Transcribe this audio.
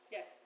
Yes